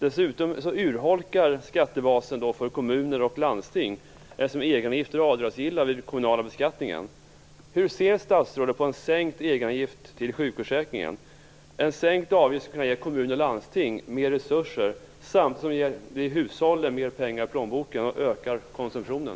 Dessutom urholkas skattebasen för kommuner och landsting, eftersom egenavgifter är avdragsgilla vid den kommunala beskattningen. Hur ser statsrådet på en sänkt egenavgift till sjukförsäkringen? En sänkt avgift skulle kunna ge kommuner och landsting mer resurser samtidigt som det skulle ge hushållen mer pengar i plånboken och öka konsumtionen.